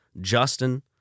Justin